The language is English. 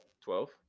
twelve